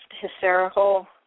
hysterical